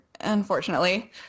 unfortunately